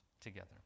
together